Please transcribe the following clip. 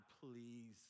please